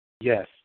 Yes